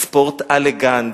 הספורט-אלגנט.